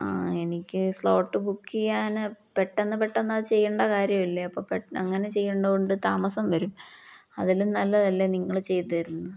ആ എനിക്ക് slot book ചെയ്യാന് പെട്ടെന്ന് പെട്ടെന്ന് അത് ചെയ്യണ്ട കാര്യം ഇല്ലേ അപ്പ പെട്ട അങ്ങനെ ചെയ്യണ്ട കൊണ്ട് താമസം വരും അതെല്ലും നല്ലതല്ലേ നിങ്ങള് ചെയ്തുരുന്നു